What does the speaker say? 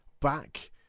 back